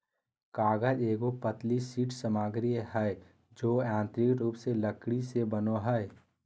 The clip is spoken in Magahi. कागज एगो पतली शीट सामग्री हइ जो यांत्रिक रूप से लकड़ी से बनो हइ